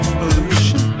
pollution